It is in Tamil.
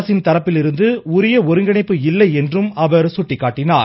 அரசின் தரப்பிலிருந்து உரிய ஒருங்கிணைப்பு இல்லை என்றும் அவர் சுட்டிக்காட்டினார்